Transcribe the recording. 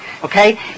Okay